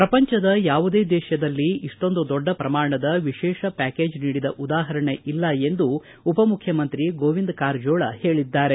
ಪ್ರಪಂಚದ ಯಾವುದೇ ದೇಶದಲ್ಲಿ ಇಷ್ಟೊಂದು ದೊಡ್ಡ ಪ್ರಮಾಣದ ವಿಶೇಷ ಪ್ಠಾಕೇಜ್ ನೀಡಿದ ಉದಾಹರಣೆ ಇಲ್ಲ ಎಂದು ಉಪಮುಖ್ಯಮಂತ್ರಿ ಗೋವಿಂದ ಕಾರಜೋಳ ಹೇಳಿದ್ದಾರೆ